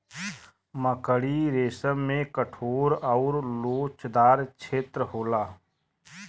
मकड़ी रेसम में कठोर आउर लोचदार छेत्र होला